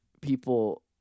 people